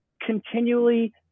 continually